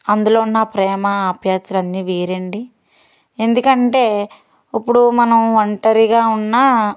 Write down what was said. అందులో ఉన్న ప్రేమ ఆప్యాయతలు అన్నీ వేరండి ఎందుకంటే ఇప్పుడు మనం ఒంటరిగా ఉన్నా